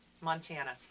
Montana